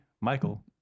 Michael